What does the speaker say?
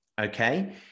Okay